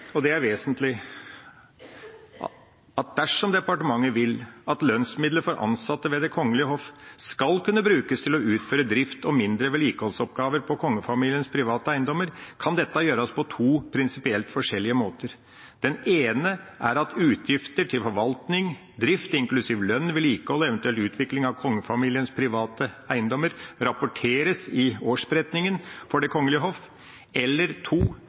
og det er vesentlig – vil at lønnsmidler for ansatte ved Det kongelige hoff skal kunne brukes til å utføre drift og mindre vedlikeholdsoppgaver på kongefamiliens private eiendommer, kan dette gjøres på to prinsipielt forskjellige måter. Den ene er at utgifter til forvaltning, drift inklusiv lønn, vedlikehold og eventuell utvikling av kongefamiliens private eiendommer rapporteres i årsberetningen for Det kongelige hoff,